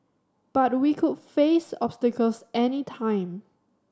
but we could face obstacles any time